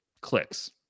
clicks